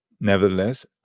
Nevertheless